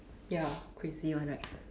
ya crazy one right